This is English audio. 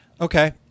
okay